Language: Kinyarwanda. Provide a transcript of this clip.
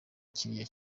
kiriya